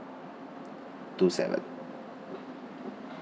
two seven